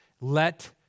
Let